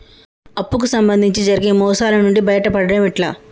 అప్పు కు సంబంధించి జరిగే మోసాలు నుండి బయటపడడం ఎట్లా?